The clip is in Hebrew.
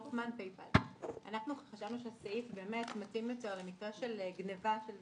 אנחנו חשבנו שהסעיף מתאים למקרה של גניבה, של